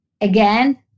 again